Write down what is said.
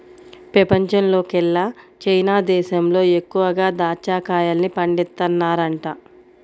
పెపంచంలోకెల్లా చైనా దేశంలో ఎక్కువగా దాచ్చా కాయల్ని పండిత్తన్నారంట